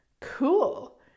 Cool